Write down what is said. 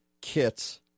kits